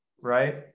right